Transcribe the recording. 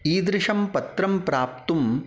ईदृशं पत्रं प्राप्तुं